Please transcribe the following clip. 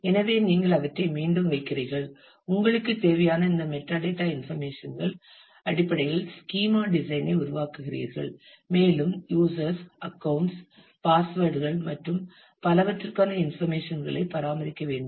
எனவே நீங்கள் அவற்றை மீண்டும் வைக்கிறீர்கள் உங்களுக்கு தேவையான இந்த மெட்டாடேட்டா இன்ஃபர்மேஷன்கள் அடிப்படையில் ஸ்கீமா டிசைன் ஐ உருவாக்குகிறீர்கள் மேலும் யூசர்ஸ் அக்கவுண்ட்ஸ் பாஸ்வேர்ட் கள் மற்றும் பலவற்றிற்கான இன்ஃபர்மேஷன் களை பராமரிக்க வேண்டும்